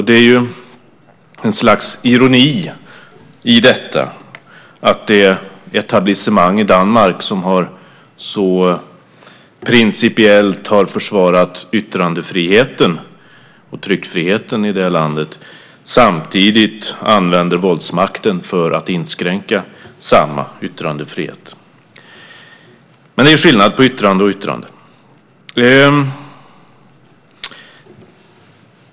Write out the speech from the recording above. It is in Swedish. Det ligger ett slags ironi i att det etablissemang i Danmark som så principiellt har försvarat yttrandefriheten och tryckfriheten i det landet samtidigt använder våldsmakt för att inskränka samma yttrandefrihet - det är skillnad på yttrande och yttrande.